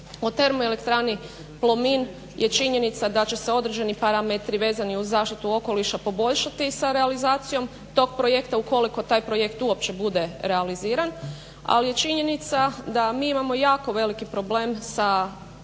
smislu. O TE Plomin je činjenica da će se određeni parametri vezani uz zaštitu okoliša poboljšati sa realizacijom tog projekta ukoliko taj projekt uopće bude realiziran, ali je činjenica da mi imamo jako veliki problem sa energetskom